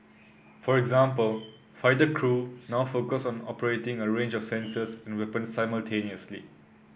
for example fighter crew now focus on operating a range of sensors and weapons simultaneously